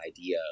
idea